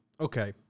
okay